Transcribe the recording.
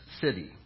city